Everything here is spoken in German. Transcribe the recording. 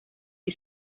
die